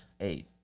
eight